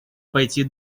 пойти